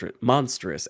monstrous